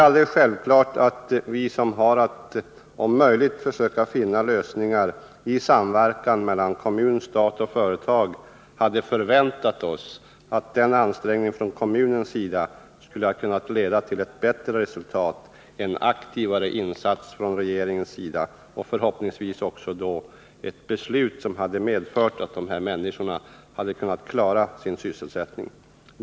Givetvis hade vi som har att om möjligt finna lösningar i samverkan mellan kommun, stat och företag förväntat oss att den ansträngning som gjordes av kommunen skulle ha kunnat leda till ett bättre resultat, en aktivare insats från regeringens sida och förhoppningsvis ett beslut som medfört att dessa människor hade kunnat klara sin sysselsättning.